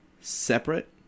separate